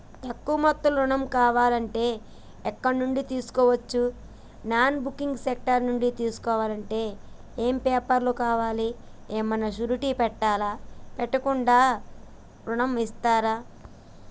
తక్కువ మొత్తంలో ఋణం కావాలి అంటే ఎక్కడి నుంచి తీసుకోవచ్చు? నాన్ బ్యాంకింగ్ సెక్టార్ నుంచి తీసుకోవాలంటే ఏమి పేపర్ లు కావాలి? ఏమన్నా షూరిటీ పెట్టాలా? పెట్టకుండా ఋణం ఇస్తరా?